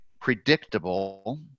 predictable